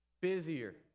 busier